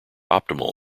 optimal